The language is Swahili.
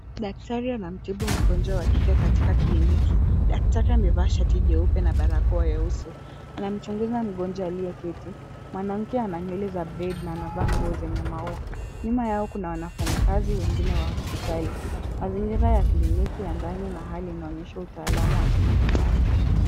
Daktari anamtibu mgonjwa wa kike katika kliniki. Daktari amevaa shati jeupe na barakoa ya uso. Anamchunguza mgonjwa aliyeketi. Mwanamke ana nywele za braids na ana nguo yenye maua. Nyuma yao kuna wafanyikazi wengine wa hospitali. Mazingira ya kliniki ya ndani na hali inaonyesha utaalamu wa kimatibabu.